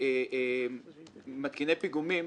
מתקיני פיגומים.